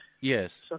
yes